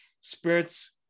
spirits